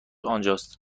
آنجاست